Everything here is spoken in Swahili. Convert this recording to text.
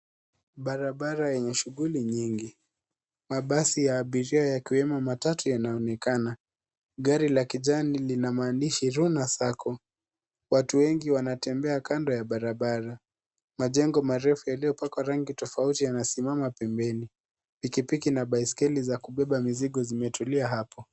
Barabara yenye shughuli nyingi. Mabasi ya abiria yakiwemo matatu yanaonekana. Gari la kijani lina maandishi Runa Sacco. Watu wengi wanatembea kando ya barabara. Majengo marefu yaliyopakwa rangi tofauti yanasimama pembeni. Pikipiki na baiskeli za kubeba mizigo zimetulia hapo.